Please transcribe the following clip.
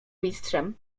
mistrzem